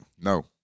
No